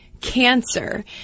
cancer